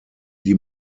die